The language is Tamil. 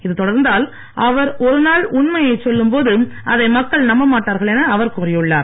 இது தொடர்ந்தால் அவர் ஒரு நாள் உண்மையை சொல்லும் போது அதை மக்கள் நம்பமாட்டார்கள் என அவர் கூறியுள்ளார்